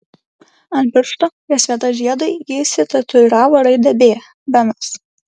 ant piršto ties vieta žiedui ji išsitatuiravo raidę b benas